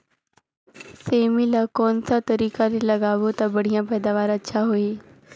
सेमी ला कोन सा तरीका ले लगाबो ता बढ़िया पैदावार अच्छा होही?